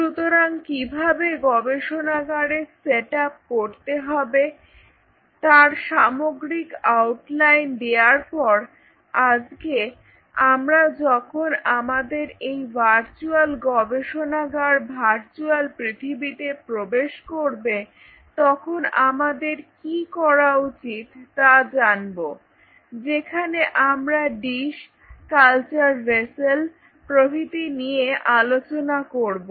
সুতরাং কিভাবে গবেষণাগারের সেটআপ করতে হবে তার সামগ্রিক আউটলাইন দেওয়ার পর আজকে আমরা যখন আমাদের এই ভার্চুয়াল গবেষণাগার ভার্চুয়াল পৃথিবীতে প্রবেশ করবে তখন আমাদের কি করা উচিত তা জানব যেখানে আমরা ডিস কালচার ভেসেল প্রভৃতি নিয়ে আলোচনা করব